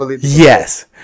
yes